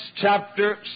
chapter